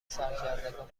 سرکردگان